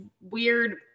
weird